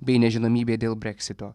bei nežinomybė dėl breksito